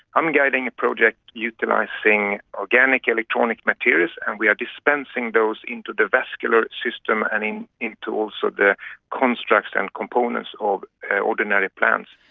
i'm guiding a project utilising organic electronic materials and we are dispensing those into the vascular system and into also the constructs and components of ordinary plants.